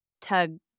tug